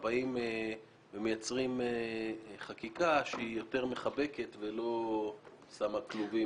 מייצרים חקיקה שהיא יותר מחבקת ולא שמה כלובים.